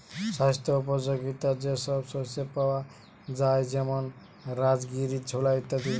স্বাস্থ্য উপযোগিতা যে সব শস্যে পাওয়া যায় যেমন রাজগীরা, ছোলা ইত্যাদি